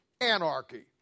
anarchy